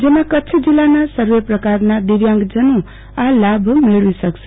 જેમાં કચ્છ જિલ્લાના સર્વે પ્રકારના દિવ્યાંગજનો આ લાભ મેળવી શકશે